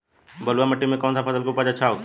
बलुआ मिट्टी में कौन सा फसल के उपज अच्छा होखी?